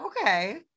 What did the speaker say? okay